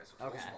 okay